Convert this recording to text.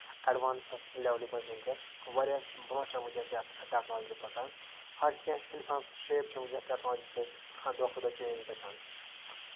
اٮ۪ڈوانٔسس لٮ۪ولہِ منٛز ؤنکیٚس واریاہ برونہہ چھےٚ ؤنکیٚس یَتھ ٹٮ۪کنولجی پَکان ہَر کیٚنہہ اِنسان سٕنز شیپ چھےٚ ؤنکیٚس ٹٮ۪کنولجی سۭتۍ دۄہ کھۄتہٕ دۄہ چینج گژھان